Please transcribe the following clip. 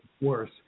worse